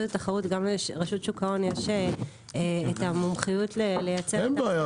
התחרות וגם לרשות שוק ההון יש את המומחיות לייצר את המדד הזה.